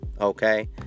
okay